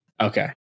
okay